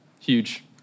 huge